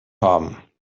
haben